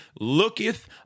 looketh